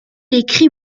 écrit